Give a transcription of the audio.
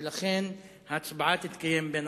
ולכן ההצבעה תתקיים בין